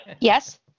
Yes